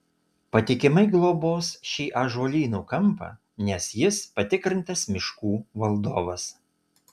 patikimai globos šį ąžuolynų kampą nes jis patikrintas miškų valdovas